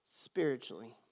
spiritually